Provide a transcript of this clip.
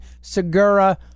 Segura